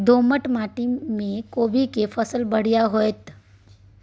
दोमट माटी में कोबी के फसल बढ़ीया होतय?